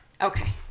Okay